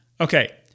Okay